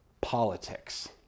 politics